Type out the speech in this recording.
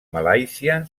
malàisia